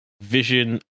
Vision